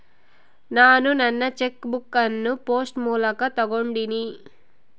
ನಾನು ನನ್ನ cheque book ಅನ್ನು ಪೋಸ್ಟ್ ಮೂಲಕ ತೊಗೊಂಡಿನಿ